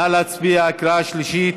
נא להצביע, קריאה שלישית.